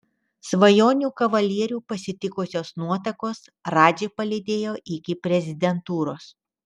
svajonių kavalierių pasitikusios nuotakos radžį palydėjo iki prezidentūros